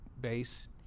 base